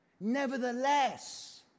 Nevertheless